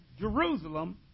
Jerusalem